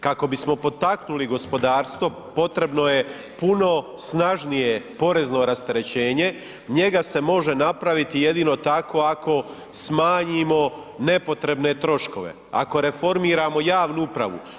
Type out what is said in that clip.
Kako bismo potaknuli gospodarstvo potrebno je puno snažnije porezno rasterečenje, njega se može napraviti jedino tako ako smanjimo nepotrebne troškove, ako reformiramo javnu upravu.